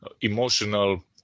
emotional